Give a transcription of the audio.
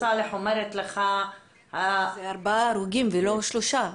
סאלח אומרת לך --- אלו ארבעה הרוגים ולא שלושה.